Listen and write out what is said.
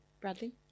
Bradley